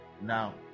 now